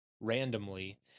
randomly